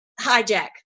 hijack